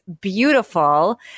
beautiful